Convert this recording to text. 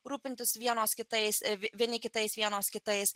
rūpintis vienos kitais vieni kitais vienos kitais